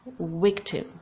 victim